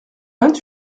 vingt